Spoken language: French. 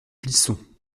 plisson